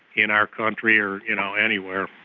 in our country or you know anywhere,